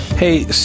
Hey